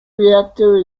reactor